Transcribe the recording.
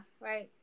right